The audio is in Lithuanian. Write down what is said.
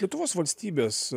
lietuvos valstybės